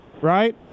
right